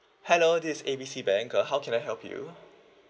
hello this is A B C bank uh how can I help you